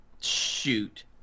shoot